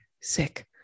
sick